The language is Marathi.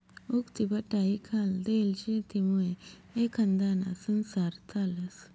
उक्तीबटाईखाल देयेल शेतीमुये एखांदाना संसार चालस